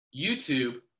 youtube